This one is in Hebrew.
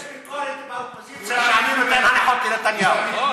יש ביקורת מהאופוזיציה שאני נותן הנחות לנתניהו.